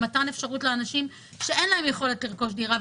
למתן אפשרות לאנשים שאין להם יכולת לרכוש דירה,